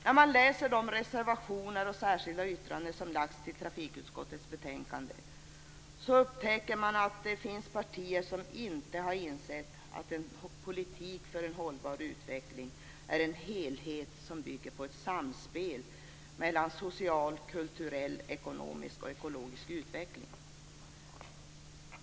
När man läser de reservationer och särskilda yttranden som lagts till trafikutskottets betänkande, tänker man att det finns partier som inte har insett att en politik för en hållbar utveckling är en helhet som bygger på ett samspel mellan social, kulturell, ekonomisk och ekologisk utveckling.